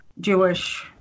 jewish